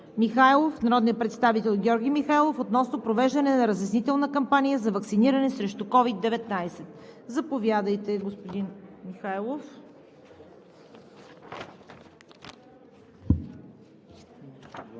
народния представител Георги Михайлов относно провеждане на разяснителна кампания за ваксиниране срещу COVID-19. Заповядайте, господин Михайлов.